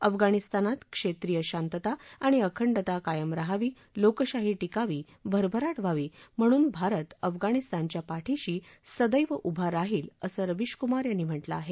अफगाणिस्तानात क्षेत्रीय शांतता आणि अखंडता कायम रहावी लोकशाही टिकावी भरभराट व्हावी म्हणून भारत अफगाणिस्तानच्या पाठिशी सदैव उभा राहील असं असं रवीश कुमार यांनी म्हटलं आहे